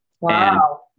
Wow